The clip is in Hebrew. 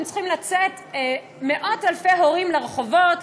היו צריכים לצאת מאות אלפי הורים לרחובות,